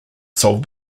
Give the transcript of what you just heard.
solve